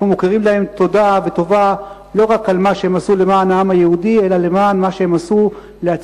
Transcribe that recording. אנחנו מכירים להם תודה וטובה לא רק על מה שהם עשו למען העם